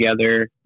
together